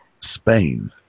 Spain